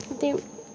ते